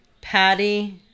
Patty